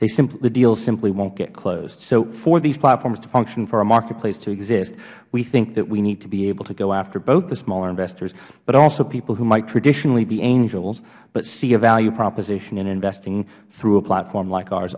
the deals simply won't get closed so for these platforms to function for a marketplace to exist we think that we need to be able to go after both the smaller investors but also people who might traditionally be angels but see a value proposition in investing through a platform like ours